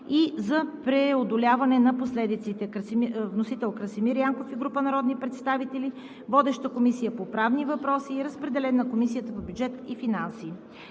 и за преодоляване на последиците. Вносител – Красимир Янков и група народни представители. Водеща е Комисията по правни въпроси и е разпределен на Комисията по бюджет и финанси.